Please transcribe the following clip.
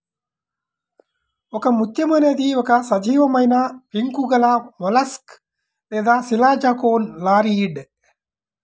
ఒకముత్యం అనేది ఒక సజీవమైనపెంకు గలమొలస్క్ లేదా శిలాజకోనులారియిడ్